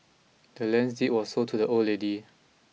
the land's deed was sold to the old lady